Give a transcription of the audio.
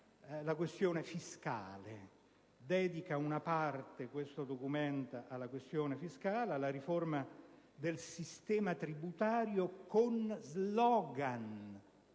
la questione fiscale, il documento dedica una parte alla questione fiscale, alla riforma del sistema tributario con slogan,